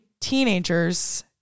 teenagers